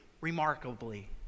remarkably